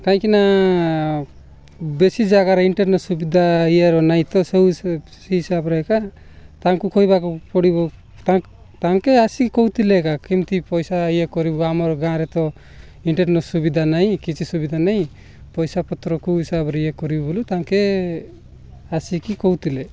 କାହିଁକିନା ବେଶୀ ଜାଗାରେ ଇଣ୍ଟର୍ନେଟ୍ ସୁବିଧା ଇଏର ନାହିଁ ତ ସେ ସେହି ହିସାବରେ ଏକା ତାଙ୍କୁ କହିବାକୁ ପଡ଼ିବ ତାଙ୍କେ ଆସିକି କହୁଥିଲେ ଏକା କେମିତି ପଇସା ଇଏ କରିବୁ ଆମର ଗାଁରେ ତ ଇଣ୍ଟର୍ନେଟ୍ ସୁବିଧା ନାହିଁ କିଛି ସୁବିଧା ନାହିଁ ପଇସା ପତ୍ର କଉ ହିସାବରେ ଇଏ କରିବୁ ବୋଲି ତାଙ୍କେ ଆସିକି କହୁଥିଲେ